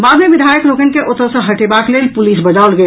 बाद मे विधायक लोकनि के ओतऽ सॅ हटेबाक लेल पुलिस बजाओल गेल